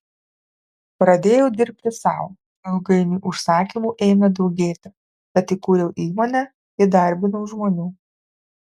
pradėjau dirbti sau ilgainiui užsakymų ėmė daugėti tad įkūriau įmonę įdarbinau žmonių